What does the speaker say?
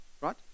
right